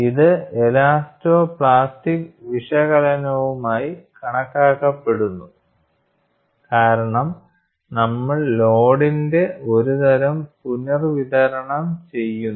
ഇത് elastoplastic വിശകലനമായി കണക്കാക്കപ്പെടുന്നു കാരണം നമ്മൾ ലോഡ്ഡിൻറെ ഒരുതരം പുനർവിതരണം ചെയ്യുന്നു